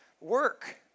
work